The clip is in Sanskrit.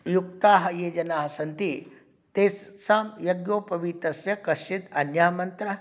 युक्ताः ये जनाः सन्ति तेषां यज्ञोपवीतस्य कश्चित् अन्यः मन्त्रः